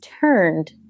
turned